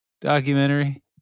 documentary